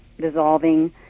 dissolving